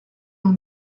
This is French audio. l’on